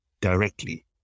directly